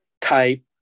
type